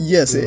Yes